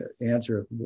answer